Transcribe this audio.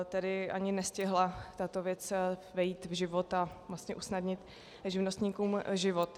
Tedy ani nestihla tato věc vejít v život a vlastně usnadnit živnostníkům život.